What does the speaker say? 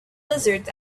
lizards